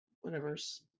whatever's